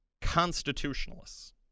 constitutionalists